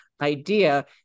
idea